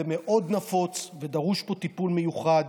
זה מאוד נפוץ ודרוש פה טיפול מיוחד.